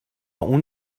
اون